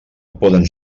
poden